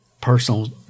personal